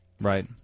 Right